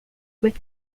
with